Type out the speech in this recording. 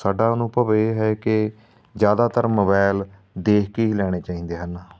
ਸਾਡਾ ਅਨੁਭਵ ਇਹ ਹੈ ਕਿ ਜ਼ਿਆਦਾਤਰ ਮੋਬਾਇਲ ਦੇਖ ਕੇ ਹੀ ਲੈਣੇ ਚਾਹੀਦੇ ਹਨ